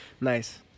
Nice